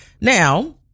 now